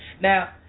Now